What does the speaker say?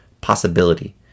Possibility